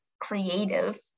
creative